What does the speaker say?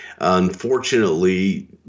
Unfortunately